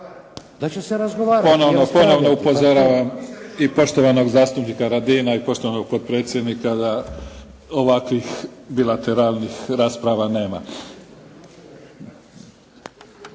da ćemo razgovarati